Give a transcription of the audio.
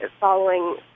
following